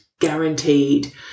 guaranteed